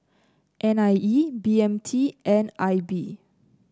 N I E B M T and I B